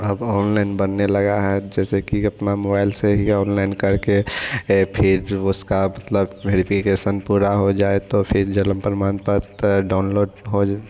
अब ऑनलाइन बनने लगा है जैसे कि अपना मोबाइल से ही ऑनलाइन करके ये फिर उसका मतलब वेरिफिकेसन पूरा हो जाए तो फिर जन्म प्रमाण पत्र डाउनलोड हो